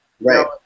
Right